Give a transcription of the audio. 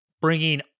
bringing